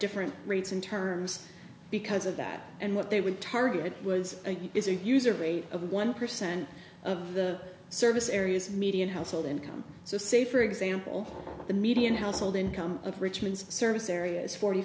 different rates in terms because of that and what they would target was a is a user rate of one percent of the service areas median household income so say for example the median household income of richmond's service area is forty